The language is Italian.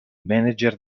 manager